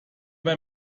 bei